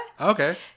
Okay